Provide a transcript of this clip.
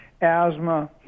asthma